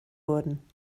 wurden